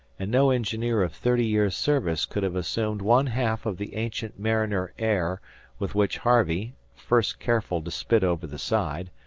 and no engineer of thirty years' service could have assumed one half of the ancient-mariner air with which harvey, first careful to spit over the side,